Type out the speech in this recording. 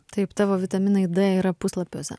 taip tavo vitaminai d yra puslapiuose